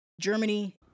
Germany